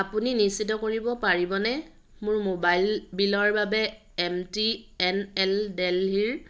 আপুনি নিশ্চিত কৰিব পাৰিবনে মোৰ মোবাইল বিলৰ বাবে এম টি এন এল দিল্লীৰ